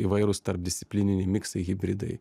įvairūs tarpdisciplininiai miksai hibridai